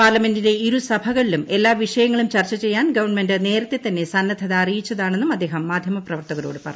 പാർലമെന്റിന്റെ ഇരുസഭകളിലും എല്ലാ വിഷയങ്ങളും ചർച്ച ചെയ്യാൻ ഗവൺമെന്റ് നേരത്തെ തന്നെ സന്നദ്ധത അറിയിച്ചതാണെന്നും അദ്ദേഹം മാധ്യമപ്രവർത്തകരോട് പറഞ്ഞു